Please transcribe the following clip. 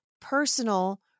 personal